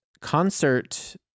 concert